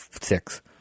six